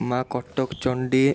ମାଁ କଟକ ଚଣ୍ଡୀ